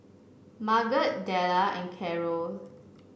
Marget Della and Karol